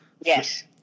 Yes